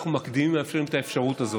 אנחנו מקדימים ומאפשרים את האפשרות הזאת.